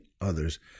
others